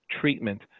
treatment